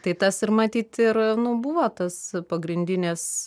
tai tas ir matyt ir nu buvo tas pagrindinis